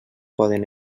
poden